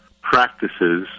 practices